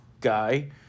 guy